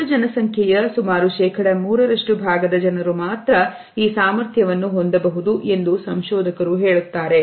ಒಟ್ಟು ಜನಸಂಖ್ಯೆಯ ಸುಮಾರು ಶೇಕಡಾ ಮೂರರಷ್ಟು ಭಾಗದ ಜನರು ಮಾತ್ರ ಈ ಸಾಮರ್ಥ್ಯವನ್ನು ಹೊಂದಬಹುದು ಎಂದು ಸಂಶೋಧಕರು ಹೇಳುತ್ತಾರೆ